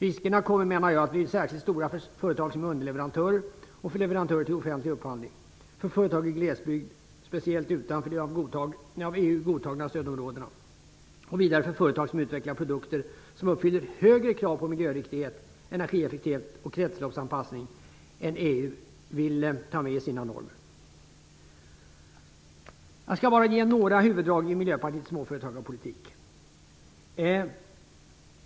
Riskerna kommer, menar jag, att bli särskilt stora för företag som är underleverantörer och för leverantörer till offentlig upphandling, för företag i glesbygd - speciellt utanför de av EU godtagna stödområdena - och vidare för företag som utvecklar produkter som uppfyller högre krav på miljöriktighet, energieffektivitet och kretsloppsanpassning än EU vill ta med i sina normer. Jag skall bara ge några huvuddrag i Miljöpartiets småföretagarpolitik.